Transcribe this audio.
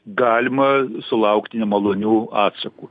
galima sulaukti nemalonių atsakų